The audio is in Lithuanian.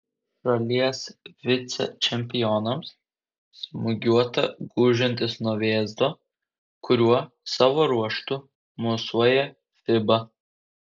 šalies vicečempionams smūgiuota gūžiantis nuo vėzdo kuriuo savo ruožtu mosuoja fiba